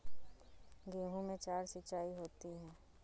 गेहूं में चार सिचाई होती हैं